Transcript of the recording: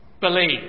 believe